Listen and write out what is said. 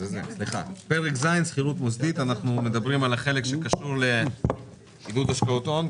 זה פרק ז' שכירות מוסדית אנחנו מדברים על החלק שקשור עידוד השקעות הון,